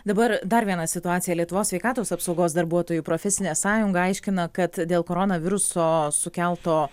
dabar dar viena situacija lietuvos sveikatos apsaugos darbuotojų profesinė sąjunga aiškina kad dėl koronaviruso sukelto